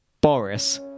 boris